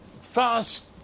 fast